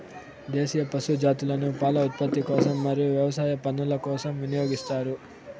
దేశీయ పశు జాతులను పాల ఉత్పత్తి కోసం మరియు వ్యవసాయ పనుల కోసం వినియోగిస్తారు